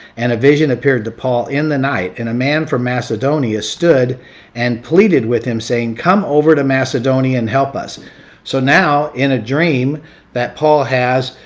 and a vision appeared to paul in the night. and a man from macedonia stood and pleaded with him saying, come over to macedonia and help us so now in a dream that paul has,